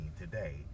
today